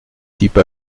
type